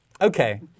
Okay